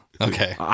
Okay